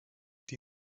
die